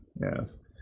yes